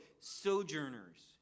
sojourners